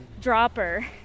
dropper